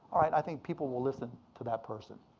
i think people will listen to that person.